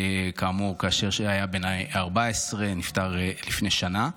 כאמור, כאשר היה בן 14. הוא נפטר לפני שנה.